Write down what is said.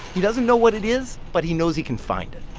he doesn't know what it is, but he knows he can find it.